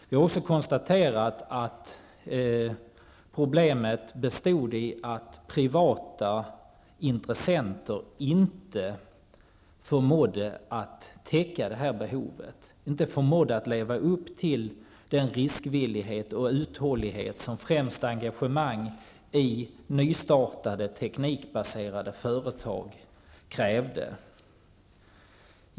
Vi har också konstaterat att problemet bestod i att privata intressenter inte förmådde att täcka behovet, inte förmådde att leva upp till den riskvillighet och uthållighet som främst engagemang i nystartade teknikbaserade företag krävde.